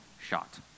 shot